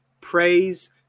praise